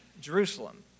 Jerusalem